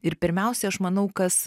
ir pirmiausiai aš manau kas